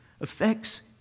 affects